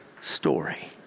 story